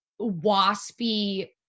waspy